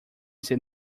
ser